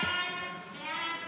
סעיפים 1